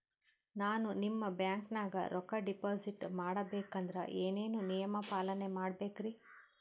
ನಾನು ನಿಮ್ಮ ಬ್ಯಾಂಕನಾಗ ರೊಕ್ಕಾ ಡಿಪಾಜಿಟ್ ಮಾಡ ಬೇಕಂದ್ರ ಏನೇನು ನಿಯಮ ಪಾಲನೇ ಮಾಡ್ಬೇಕ್ರಿ?